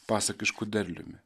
pasakišku derliumi